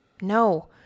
No